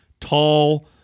tall